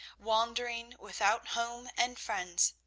wandering without home and friends.